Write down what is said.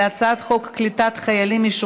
רגע, גברתי, אני